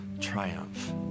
triumph